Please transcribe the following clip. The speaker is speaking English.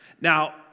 Now